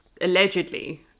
allegedly